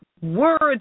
words